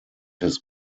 his